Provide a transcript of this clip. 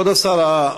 כבוד השר,